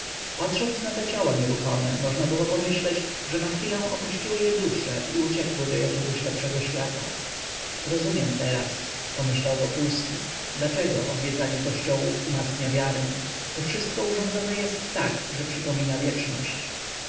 patrząc na te ciała nieruchome można było myśleć że na chwilę opuściły je dusze i uciekły do jakiegoś lepszego świata rozumiem teraz pomyślał wokulski dlaczego odwiedzanie kościołów umacnia wiarę tu wszystko urządzone jest tak że przypomina wieczność